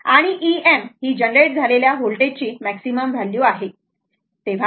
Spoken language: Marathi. आणि Em ही जनरेट झालेल्या व्होल्टेज ची मॅक्झिमम व्हॅल्यू आहे बरोबर